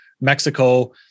Mexico